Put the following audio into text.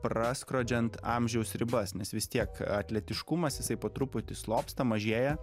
praskrodžiant amžiaus ribas nes vis tiek atletiškumas jisai po truputį slopsta mažėja